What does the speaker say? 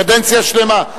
קדנציה שלמה.